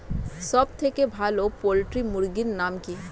সবথেকে ভালো পোল্ট্রি মুরগির নাম কি?